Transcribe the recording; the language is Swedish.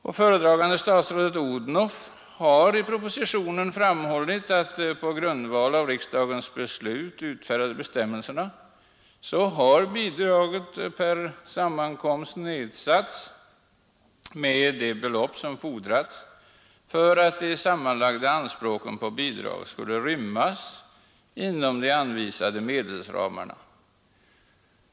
Och föredragande statsrådet Odhnoff har i propositionen framhållit att ”de på grundval av riksdagens beslut utfärdade bestämmelserna medfört att bidraget per sammankomst nedsatts med vad som fordrats för att de sammanlagda anspråken på bidrag skulle kunna rymmas inom de anvisade medelsramarna”.